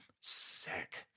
Sick